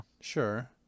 Sure